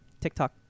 TikTok